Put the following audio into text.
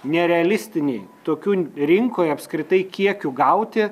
nerealistiniai tokių rinkoj apskritai kiekių gauti